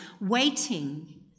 waiting